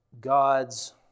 God's